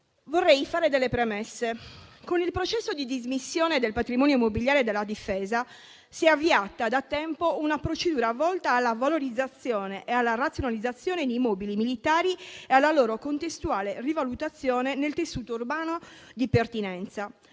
Vorrei fare delle premesse. Con il processo di dismissione del patrimonio immobiliare della Difesa si è avviata da tempo una procedura volta alla valorizzazione e alla razionalizzazione di immobili militari e alla loro contestuale rivalutazione nel tessuto urbano di pertinenza.